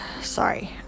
sorry